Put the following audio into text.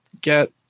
get